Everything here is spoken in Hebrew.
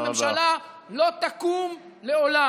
אדוני ראש הממשלה, לא תקום לעולם.